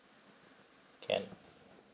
can